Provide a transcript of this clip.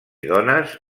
dones